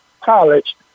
college